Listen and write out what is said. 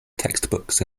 textbooks